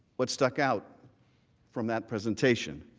what stuck out from that presentation.